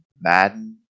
Madden